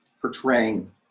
portraying